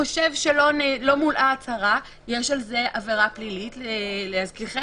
חושב שלא מולאה הצהרה יש על זה עבירה פלילית להזכירם,